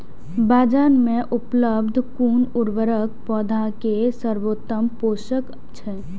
बाजार में उपलब्ध कुन उर्वरक पौधा के सर्वोत्तम पोषक अछि?